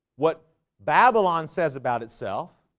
what babylon says about itself